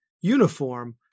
uniform